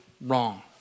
wrong